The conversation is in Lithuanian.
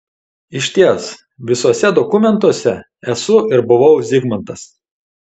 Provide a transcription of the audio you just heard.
išties visuose dokumentuose esu ir buvau zigmantas